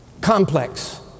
complex